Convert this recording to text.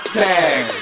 tag